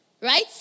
right